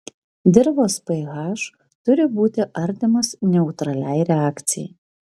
dirvos ph turi būti artimas neutraliai reakcijai